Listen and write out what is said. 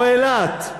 או אילת,